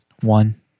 one